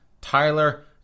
Tyler